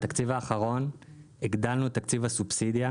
בתקציב האחרון הגדלנו את תקציב הסובסידיה